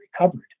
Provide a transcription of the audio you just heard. recovered